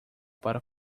para